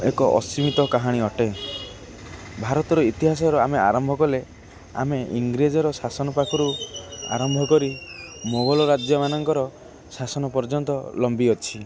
ଏକ ଅସୀମିତ କାହାଣୀ ଅଟେ ଭାରତର ଇତିହାସର ଆମେ ଆରମ୍ଭ କଲେ ଆମେ ଇଂରେଜର ଶାସନ ପାଖରୁ ଆରମ୍ଭ କରି ମୋଗଲ ରାଜ୍ୟମାନଙ୍କର ଶାସନ ପର୍ଯ୍ୟନ୍ତ ଲମ୍ବି ଅଛି